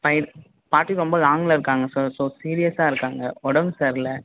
five பாட்டி ரொம்ப லாங்ல இருக்காங்க சார் ஸோ சீரியஸா இருக்காங்க உடம்பு சரியில்லை